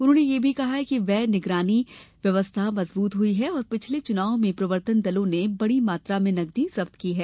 उन्होंने यह भी कहा कि व्यय निगरानी व्यवस्था मजबूत हुई है और पिछले चुनावों में प्रवर्तन दलों ने बड़ी मात्रा में नकदी जब्त की है